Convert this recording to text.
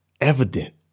evident